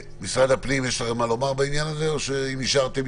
משרד הפנים יש לכם מה לומר בעניין הזה או שאם אישרתם,